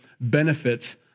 benefits